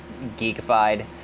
geekified